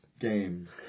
games